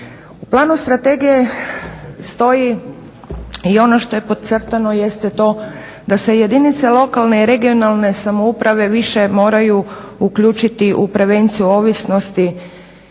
U planu strategije stoji i ono što je podcrtano jeste to da se jedinice lokalne i regionalne samouprave više moraju uključiti u prevenciju ovisnosti,